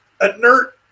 inert